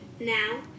Now